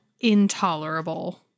intolerable